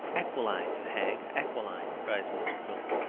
aquiline, you hag! aquiline, cries mr. quilp,